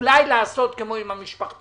אולי לעשות כמו עם המשפחתונים,